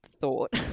thought